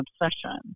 obsession